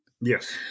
Yes